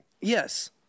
Yes